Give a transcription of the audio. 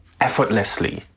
effortlessly